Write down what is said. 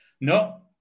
no